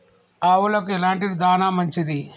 ఆవులకు ఎలాంటి దాణా మంచిది?